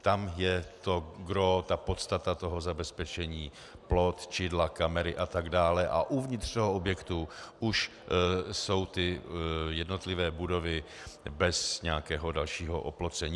Tam je ta podstata zabezpečení plot, čidla, kamery a tak dále a uvnitř objektu už jsou jednotlivé budovy bez nějakého dalšího oplocení.